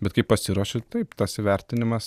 bet kai pasiruoši taip tas įvertinimas